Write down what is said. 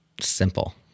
simple